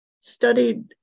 studied